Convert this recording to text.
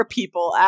people